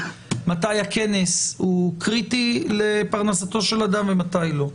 מתי הכנס הוא קריטי לפרנסתו של אדם ומתי לא,